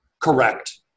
Correct